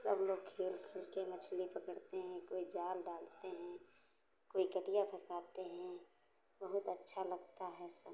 सब लोग खेल खेल के मछली पकड़ते हैं कोई जाल डालते हैं कोई कटिया फँसाते हैं बहुत अच्छा लगता है सब